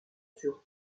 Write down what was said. sur